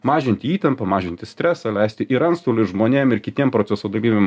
mažinti įtampą mažinti stresą leisti ir antstoliui ir žmonėm ir kitiem proceso dalyviam